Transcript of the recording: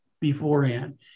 beforehand